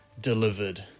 delivered